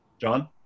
john